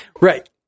right